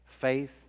faith